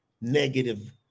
negative